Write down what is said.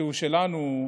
שהוא שלנו,